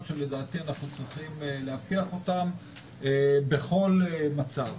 שלדעתי אנחנו צריכים להבטיח אותם בכל מצב.